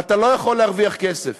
אתה לא יכול להרוויח כסף,